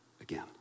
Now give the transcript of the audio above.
again